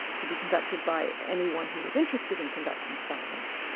to be conducted by anyone who was interested in conducting science,